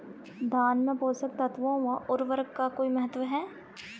धान में पोषक तत्वों व उर्वरक का कोई महत्व है?